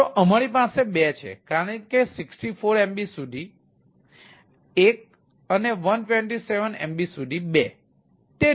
તો અમારી પાસે 2 છે કારણ કે 64 MB સુધી 1 અને 127 MB સુધી 2